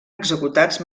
executats